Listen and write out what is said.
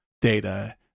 data